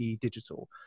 Digital